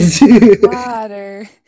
Water